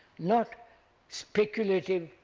not speculative,